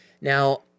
Now